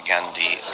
Gandhi